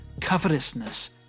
Covetousness